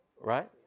right